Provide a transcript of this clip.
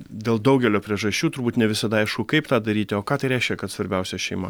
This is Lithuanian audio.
dėl daugelio priežasčių turbūt ne visada aišku kaip tą daryti o ką tai reiškia kad svarbiausia šeima